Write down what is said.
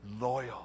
loyal